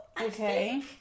Okay